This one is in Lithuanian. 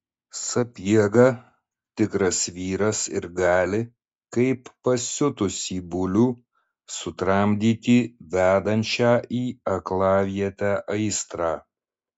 sapiega tikras vyras ir gali kaip pasiutusį bulių sutramdyti vedančią į aklavietę aistrą